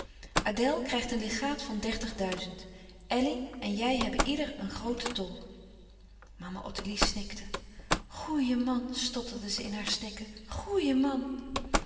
adèle krijgt een legaat van dertig duizend elly en jij hebben ieder een groote ton mama ottilie snikte goeie man stotterde ze in haar snikken goeie man